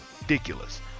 ridiculous